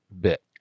bit